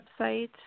website